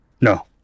No